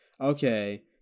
okay